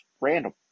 random